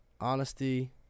honesty